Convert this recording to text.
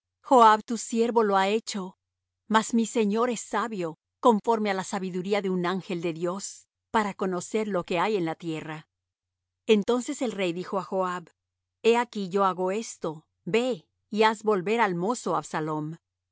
joab tu siervo lo ha hecho mas mi señor es sabio conforme á la sabiduría de un ángel de dios para conocer lo que hay en la tierra entonces el rey dijo á joab he aquí yo hago esto ve y haz volver al mozo